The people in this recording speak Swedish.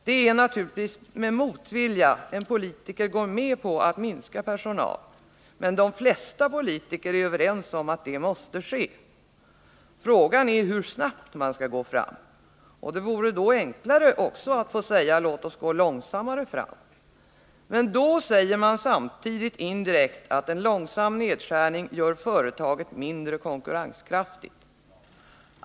Det är naturligtvis med motvilja en politiker kan gå med på att minska personalstyrkan, men de flesta politiker är faktiskt överens om att det måste ske. Frågan är hur snabbt man skall gå fram. Och det vore också där enklare att få säga: Låt oss gå långsammare fram. Men då säger man samtidigt indirekt att en långsam nedskärning gör företaget mindre konkurrenskraftigt.